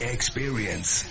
Experience